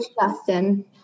Justin